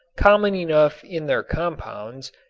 common enough in their compounds,